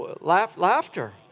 Laughter